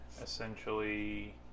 essentially